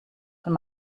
von